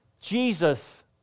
Jesus